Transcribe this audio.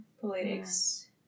politics